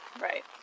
Right